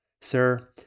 Sir